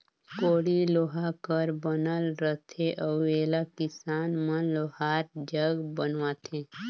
कोड़ी लोहा कर बनल रहथे अउ एला किसान मन लोहार जग बनवाथे